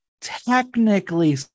technically